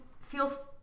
feel